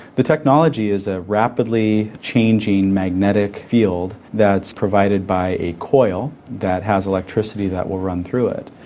the technology is a rapidly changing magnetic field that's provided by a coil that has electricity that will run through it.